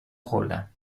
خوردم